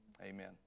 Amen